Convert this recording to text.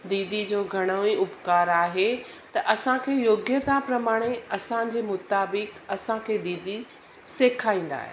दीदी जो घणो ई उपकारु आहे त असांखे योग्यता प्रमाणे असांजे मुताबिक असांखे दीदी सेखारींदा आहिनि